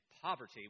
poverty